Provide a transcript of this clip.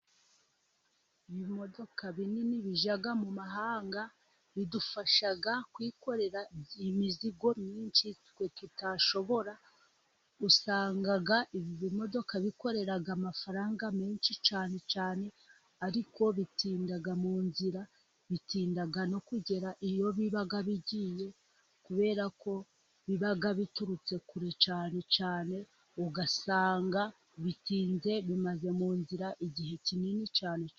Ibimodoka binini bijya mu mahanga bidufasha kwikorera imizigo myinshi twe tutashobora, ugusanga ibimodoka bikorera amafaranga menshi cyane cyane ariko bitinda mu nzira bitinda no kugera iyo biba bigiye, kubera ko biba biturutse kure cyane cyane, ugasanga bitinze bimaze mu nzira igihe kinini cyane.